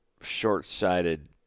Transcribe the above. short-sighted